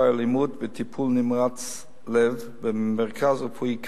אלימות בטיפול נמרץ לב במרכז הרפואי "כרמל".